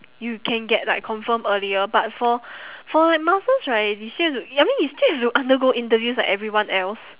you can get like confirm earlier but for for like master's right you still have to I mean you still have to undergo interviews like everyone else